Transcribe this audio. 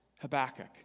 Habakkuk